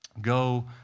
go